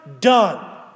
done